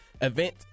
event